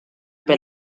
per